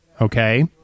okay